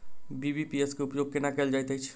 BBPS केँ उपयोग केना कएल जाइत अछि?